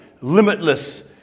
limitless